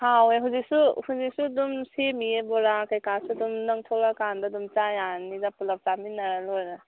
ꯍꯥꯎꯋꯦ ꯍꯧꯖꯤꯛꯁꯨ ꯑꯗꯨꯝ ꯁꯦꯝꯂꯤꯌꯦ ꯕꯣꯔꯥ ꯀꯩꯀꯥꯁꯨ ꯑꯗꯨꯝ ꯅꯪ ꯊꯣꯛꯂꯛ ꯀꯥꯟꯗ ꯑꯗꯨꯝ ꯆꯥ ꯌꯥꯔꯅꯤꯗ ꯄꯨꯂꯞ ꯆꯥꯃꯤꯟꯅꯔ ꯂꯣꯏꯔꯦ